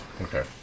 Okay